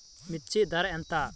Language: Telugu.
మిర్చి ధర ఎంత?